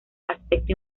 aspecto